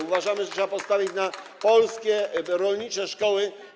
Uważamy, że trzeba postawić na polskie rolnicze szkoły.